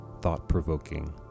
thought-provoking